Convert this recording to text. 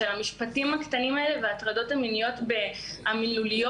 במשפטים הקטנים האלה וההטרדות המיניות המילוליות,